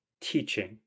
teaching